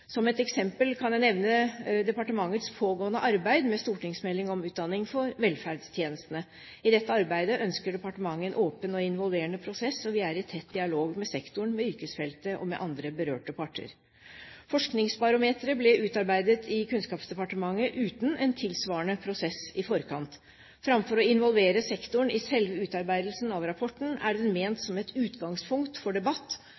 Som et eksempel kan jeg nevne departementets pågående arbeid med stortingsmelding om utdanning for velferdstjenestene. I dette arbeidet ønsker departementet en åpen og involverende prosess, og vi er i tett dialog med sektoren, med yrkesfeltet og med andre berørte parter. Forskningsbarometeret ble utarbeidet i Kunnskapsdepartementet uten en tilsvarende prosess i forkant. Framfor å involvere sektoren i selve utarbeidelsen av rapporten er den ment som et utgangspunkt for debatt